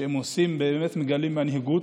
שבאמת מגלים מנהיגות,